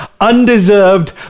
undeserved